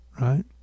right